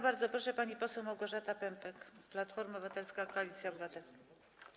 Bardzo proszę, pani poseł Małgorzata Pępek, Platforma Obywatelska - Koalicja Obywatelska.